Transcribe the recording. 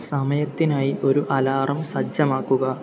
സമയത്തിനായി ഒരു അലാറം സജ്ജമാക്കുക